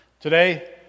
Today